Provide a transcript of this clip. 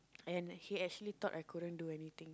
and he actually thought I couldn't do anything